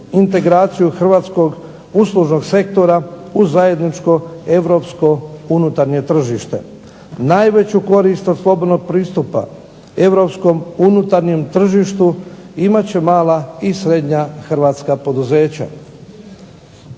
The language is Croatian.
integraciju hrvatskog uslužnog sektora u zajedničko europsko unutarnje tržište. Najveću korist od slobodnog pristupa europskom unutarnjem tržištu imat će mala i srednja hrvatska poduzeća.